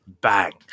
bang